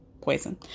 Poison